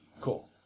Cool